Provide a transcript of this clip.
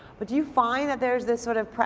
but do you find that there's this sort of,